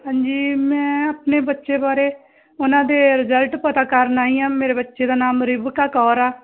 ਹਾਂਜੀ ਮੈਂ ਆਪਣੇ ਬੱਚੇ ਬਾਰੇ ਉਹਨਾਂ ਦੇ ਰਿਜਲਟ ਪਤਾ ਕਰਨਾ ਆਈ ਹਾਂ ਮੇਰੇ ਬੱਚੇ ਦਾ ਨਾਮ ਰਿਬਿਕਾ ਕੌਰ ਆ